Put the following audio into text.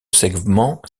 segment